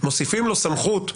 מוסיפים לו סמכות,